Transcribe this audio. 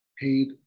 paid